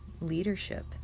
leadership